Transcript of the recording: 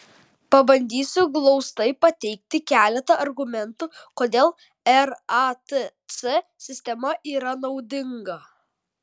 pabandysiu glaustai pateikti keletą argumentų kodėl ratc sistema yra naudinga